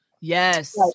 yes